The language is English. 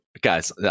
Guys